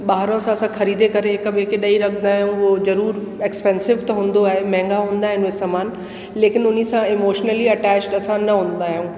ॿार सां असां ख़रीदे करे हिक ॿिए खे ॾेई रखंदा आहियूं उहो ज़रूरु एक्सपेंसिव त हूंदो आहे महांगा हूंदा आहिनि उहे सामान लेकिन उन्हीअ सां इमोशनली अटैच असां न हूंदा आहिनि